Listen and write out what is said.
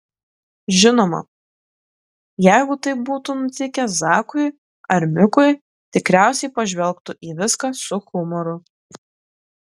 žinoma jeigu taip būtų nutikę zakui ar mikui tikriausiai pažvelgtų į viską su humoru